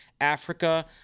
Africa